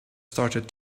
started